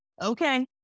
Okay